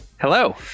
Hello